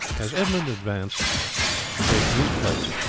as edmund advanced to take his place,